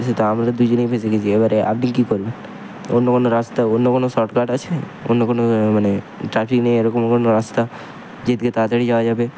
সেতো আমাদের দুজনেই ফেঁসে গেছি এবারে আপনি কী করবেন অন্য কোনো রাস্তা অন্য কোনো শর্টকাট আছে অন্য কোনো মানে ট্রাফিক নেই এরকম কোনো রাস্তা যেদিকে তাড়াতাড়ি যাওয়া যাবে